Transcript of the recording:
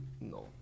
No